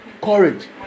courage